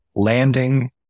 Landing